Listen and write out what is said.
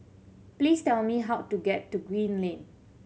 please tell me how to get to Green Lane